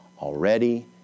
already